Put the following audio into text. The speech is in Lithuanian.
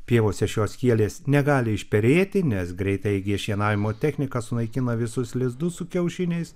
pievose šios skylės negali išperėti nes greitaeigė šienavimo technika sunaikina visus lizdus su kiaušiniais